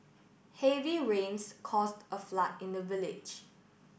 heavy rains caused a flood in the village